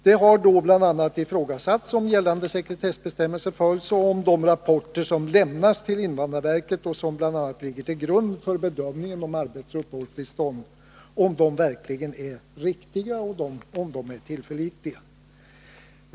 Det har bl.a. ifrågasatts om gällande sekretessbestämmelser följs och om de rapporter som lämnas till invandrarverket och som bl.a. ligger till grund för bedömningen av arbetsoch uppehållstillstånd verkligen är riktiga och tillförlitliga.